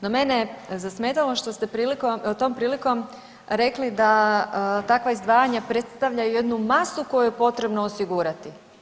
No mene je zasmetalo što ste tom prilikom rekli da takva izdvajanja predstavljaju jednu masu koju je potrebno osigurati.